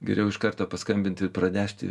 geriau iš karto paskambinti ir pranešti